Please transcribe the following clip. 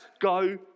go